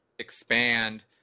expand